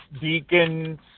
deacons